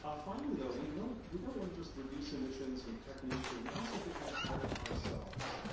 ah finally though, we know we don't want to just reduce emissions and protect nature. we also have to kind of help ourselves.